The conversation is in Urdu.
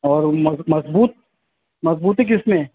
اور ان مضبوط مضبوطی کس میں ہے